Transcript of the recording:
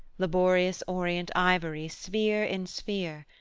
laborious orient ivory sphere in sphere,